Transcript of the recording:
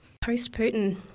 Post-Putin